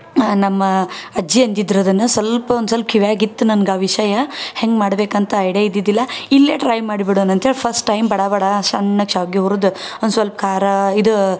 ನಮ್ಮ ಅಜ್ಜಿ ಅಂದಿದ್ರು ಅದನ್ನು ಸ್ವಲ್ಪ ಒಂದು ಸ್ವಲ್ಪ ಕಿವ್ಯಾಗಿತ್ತು ನನ್ಗೆ ಆ ವಿಷಯ ಹೆಂಗೆ ಮಾಡಬೇಕಂತ ಐಡ್ಯ ಇದ್ದಿದ್ದಿಲ್ಲ ಇಲ್ಲೆ ಟ್ರೈ ಮಾಡಿ ಬಿಡೋಣ ಅಂಥೇಳಿ ಫಸ್ಟ್ ಟೈಮ್ ಬಡಾ ಬಡಾ ಶನ್ನಕ್ ಶಾವಿಗೆ ಹುರಿದು ಒಂದು ಸ್ವಲ್ಪ ಖಾರ ಇದು